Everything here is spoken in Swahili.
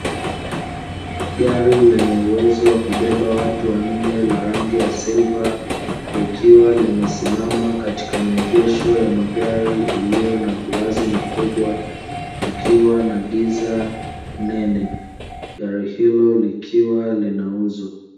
Gari lenye uwezo wa kubeba watu wanne la rangi ya siliva, likiwa limesimama katika maegesho ya magari iliyo na uwazi mkubwa, kukiwa na giza nene, gari hilo likiwa linauzwa.